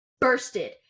bursted